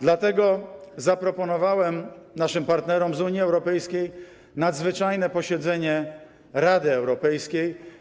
Dlatego zaproponowałem naszym partnerom z Unii Europejskiej nadzwyczajne posiedzenie Rady Europejskiej.